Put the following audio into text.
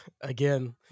again